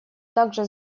также